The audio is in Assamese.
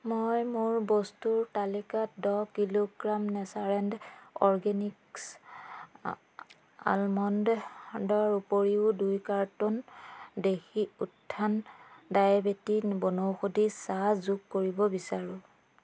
মই মোৰ বস্তুৰ তালিকাত দহ কিলোগ্ৰাম নেচাৰনেণ্ড অৰগেনিক্ছ আলমণ্ডে ডৰ উপৰিও দুই কাৰ্টুন দেশী উত্থান ডায়েবেটি বনৌষধি চাহ যোগ কৰিব বিচাৰোঁ